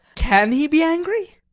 can he be angry?